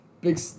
big